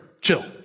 Chill